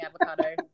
avocado